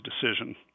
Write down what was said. decision